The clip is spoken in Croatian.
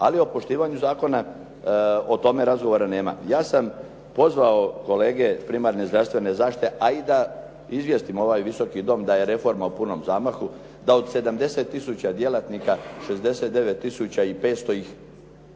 Ali o poštivanju zakona o tome razgovora nema. Ja sam pozvao kolege iz primarne zdravstvene zaštite, a i da izvijestim ovaj Visoki dom da je reforma u punom zamahu, da od 70000 djelatnika 69500 ih poštiva